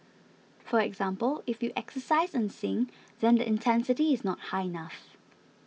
for example if you exercise and sing then the intensity is not high enough